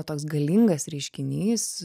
toks galingas reiškinys